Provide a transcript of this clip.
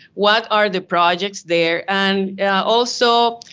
what are the projects there. and also,